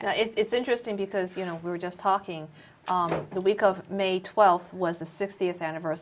and it's interesting because you know we're just talking the week of may twelfth was the sixtieth anniversary